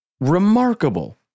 Remarkable